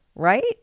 right